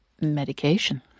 medication